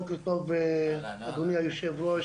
בוקר טוב אדוני יושב הראש,